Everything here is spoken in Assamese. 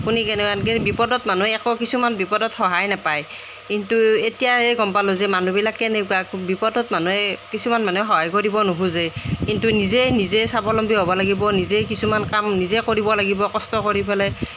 শুনি কেনি বিপদত মানুহে আকৌ কিছুমান বিপদত সহায় নাপায় কিন্তু এতিয়াহে গম পালোঁ যে মানুহবিলাকে কেনেকুৱা বিপদত মানুহে কিছুমান মানুহে সহায় কৰিব নোখোজে কিন্তু নিজে নিজে স্বাৱলম্বী হ'ব লাগিব নিজে কিছুমান কাম নিজে কৰিব লাগিব কষ্ট কৰি পেলাই